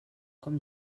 com